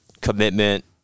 commitment